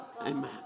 Amen